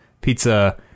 Pizza